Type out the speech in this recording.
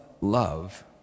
love